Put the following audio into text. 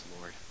Lord